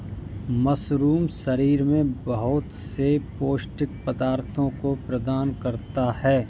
mushroom शरीर में बहुत से पौष्टिक पदार्थों को प्रदान करता है